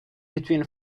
between